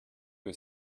que